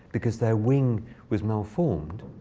because their wing was malformed.